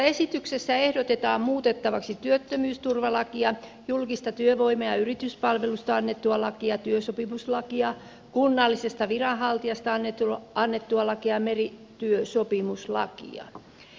esityksessä ehdotetaan muutettavaksi työttömyysturvalakia julkisesta työvoima ja yrityspalvelusta annettua lakia työsopimuslakia kunnallisesta viranhaltijasta annettua lakia ja merityösopimuslakia